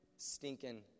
stinking